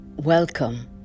Welcome